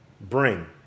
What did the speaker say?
bring